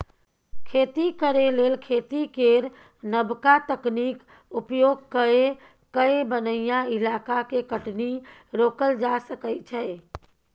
खेती करे लेल खेती केर नबका तकनीक उपयोग कए कय बनैया इलाका के कटनी रोकल जा सकइ छै